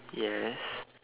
yes